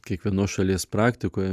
kiekvienos šalies praktikoje